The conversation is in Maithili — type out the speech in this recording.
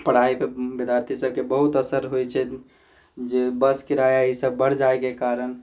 पढ़ाइके विद्यार्थी सबके बहुत असर होइत छै जे बस किराआ ई सब बढ़ि जाइके कारण